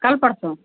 कल परसों